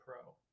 pro